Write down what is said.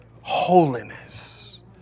holiness